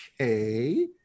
okay